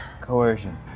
Coercion